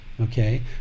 Okay